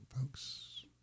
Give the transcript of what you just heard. folks